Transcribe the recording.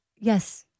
yes